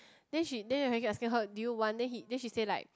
then she then he keep asking her do you wanna hit then she said like